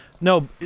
No